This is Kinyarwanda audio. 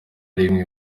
rimwe